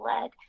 led